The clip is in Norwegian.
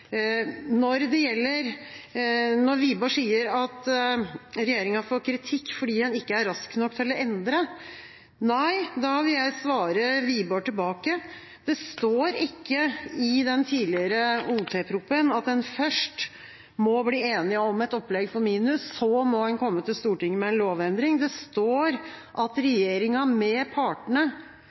Når Wiborg sier at regjeringa får kritikk fordi en ikke er rask nok til å endre, vil jeg svare Wiborg tilbake: Det står ikke i den tidligere odelstingsproposisjonen at en først må bli enig om et opplegg for minus, og at en så må komme til Stortinget med en lovendring. Det står at regjeringa med partene